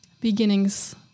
beginnings